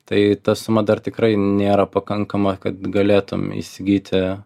tai ta suma dar tikrai nėra pakankama kad galėtum įsigyti